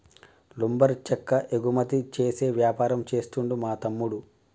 lumber చెక్క ఎగుమతి చేసే వ్యాపారం చేస్తుండు మా తమ్ముడు